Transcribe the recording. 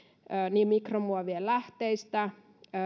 niin mikromuovien lähteistä